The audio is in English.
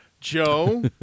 Joe